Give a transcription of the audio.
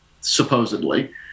supposedly